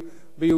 רובם,